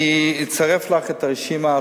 אני אצרף לך את הרשימה,